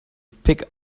pick